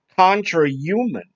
contra-human